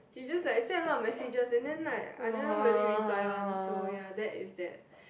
he just like sent a lot of messages and then like I never really reply one so ya that is that